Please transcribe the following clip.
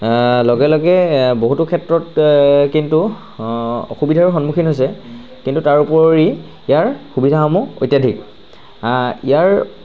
লগে লগে লগে লগে বহুতো ক্ষেত্ৰত কিন্তু অসুবিধাও হৈছে কিন্তু তাৰ উপৰি ইয়াৰ সুবিধাসমূহ অত্যাধিক ইয়াৰ